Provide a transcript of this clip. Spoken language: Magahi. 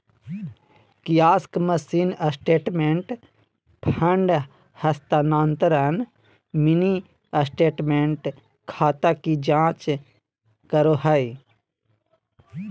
कियाक्स मशीन स्टेटमेंट, फंड हस्तानान्तरण, मिनी स्टेटमेंट, खाता की जांच करो हइ